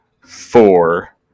four